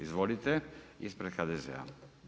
Izvolite, ispred HDZ-a.